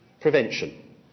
prevention